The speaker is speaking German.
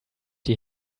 die